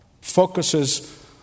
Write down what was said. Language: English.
focuses